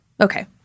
Okay